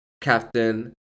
Captain